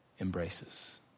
embraces